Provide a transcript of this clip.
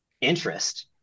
interest –